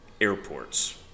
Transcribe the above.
airports